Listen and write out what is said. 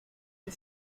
you